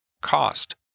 cost